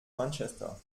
manchester